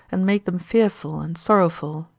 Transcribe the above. and make them fearful and sorrowful,